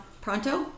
Pronto